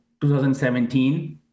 2017